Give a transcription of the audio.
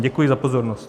Děkuji za pozornost.